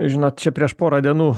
žinot čia prieš porą dienų